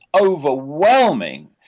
overwhelming